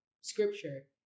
scripture